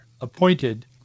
appointed